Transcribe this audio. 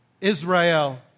Israel